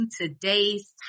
today's